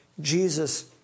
Jesus